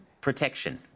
protection